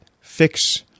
fix